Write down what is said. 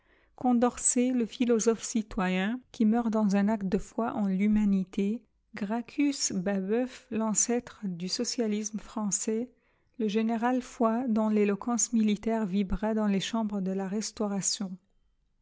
condorcet le philosophe citoyen qui meurt dans un acte de foi en l'humanité gracchus babeuf l'ancêtre du socialisme français le général foy dont l'éloquence militaire vibra dans les chambres de la restauration